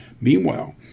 Meanwhile